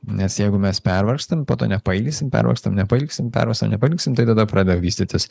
nes jeigu mes pervargstam po to nepailsim pervargstam nepailsim pervargstam nepailsim tai tada prideda vystytis